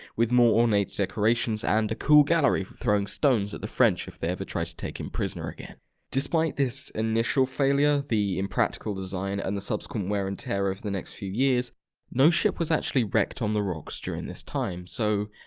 with more ornate decorations and a cool gallery for throwing stones at the french if they ever tried taking prisoners again despite this initial failure, the impractical design, and the subsequent wear and tear over the next few years no ship was actually wrecked on the rocks during this time. so.